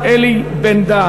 76, נגד,